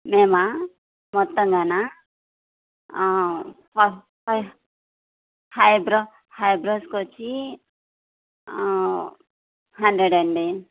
మేమా మొత్తంగానా five eye eyebrow ఐబ్రోస్కి వచ్చి హండ్రెడ్ అండి